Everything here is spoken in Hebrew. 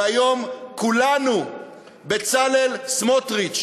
והיום כולנו בצלאל סמוטריץ.